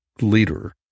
leader